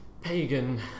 Pagan